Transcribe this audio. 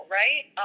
right